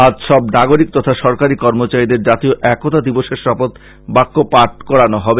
আজ সব নাগরিক তথা সরকারী কর্মচারীদের জাতীয় একতা দিবসের শপথ বাক্য পাঠ করানো হবে